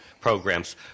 programs